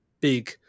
big